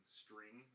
string